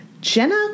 Jenna